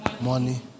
money